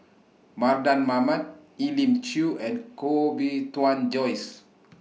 Mardan Mamat Elim Chew and Koh Bee Tuan Joyce